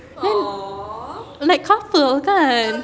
then like couple kan